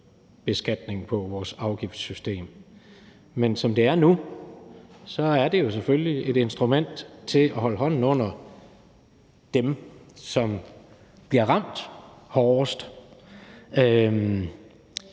beskatningen, afgiftssystemet, på. Som det er nu, er det jo selvfølgelig et instrument til at holde hånden under dem, som bliver ramt hårdest.